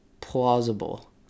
plausible